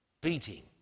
beating